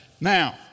Now